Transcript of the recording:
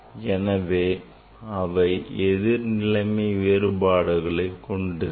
எனவே அவை எதிர் நிலைமை வேறுபாடுகளைக் கொண்டிருக்கும்